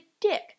dick